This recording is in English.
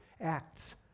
acts